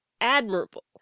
admirable